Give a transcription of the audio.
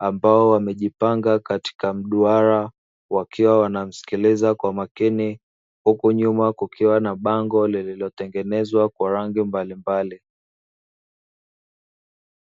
ambao wamejipanga katika mduara wakiwa wanamsikiliza kwa makini, huku nyuma kukiwa na bango lililotengenezwa kwa rangi mbalimbali.